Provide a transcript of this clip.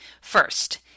First